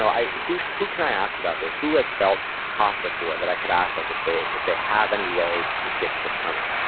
who who can i ask about this? who has felt hot before that i could ask like if they if they have any way to predict what's coming?